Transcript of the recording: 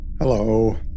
Hello